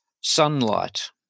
sunlight